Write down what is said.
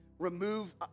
remove